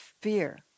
fear